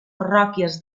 parròquies